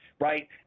right